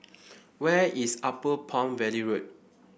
where is Upper Palm Valley Road